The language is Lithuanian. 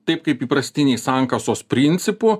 taip kaip įprastiniai sankasos principu